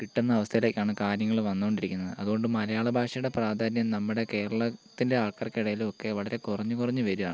കിട്ടുന്ന അവസ്ഥയിലേക്കാണ് കാര്യങ്ങൾ വന്നോണ്ടിരിക്കുന്നത് അത് കൊണ്ട് മലയാള ഭാഷയുടെ പ്രാധാന്യം നമ്മുടെ കേരളത്തിൻ്റെ ആക്രിക്കടയിലൊക്കെ വളരെ കുറഞ്ഞ് കുറഞ്ഞ് വരുകയാണ്